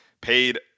paid